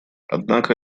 однако